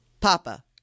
Papa